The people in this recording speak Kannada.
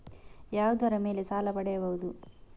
ಯಾವುದರ ಮೇಲೆ ಸಾಲ ಪಡೆಯಬಹುದು?